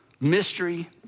mystery